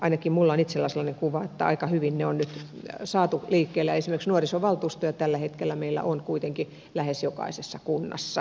ainakin minulla on itselläni sellainen kuva että aika hyvin ne on nyt saatu liikkeelle ja esimerkiksi nuorisovaltuustoja tällä hetkellä meillä on kuitenkin lähes jokaisessa kunnassa